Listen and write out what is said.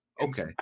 Okay